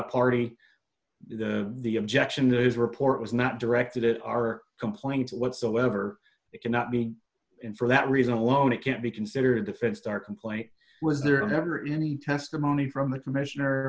a party the objection those report was not directed at our complaints whatsoever it cannot be in for that reason alone it can't be considered a defense to our complaint was there never any testimony from the commissioner